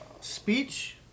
speech